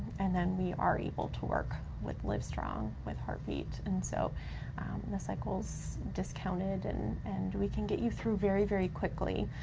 and then we are able to work with livestrong, with heart beat, and so the cycle's discounted and and we can get you through very, very quickly.